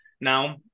Now